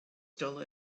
still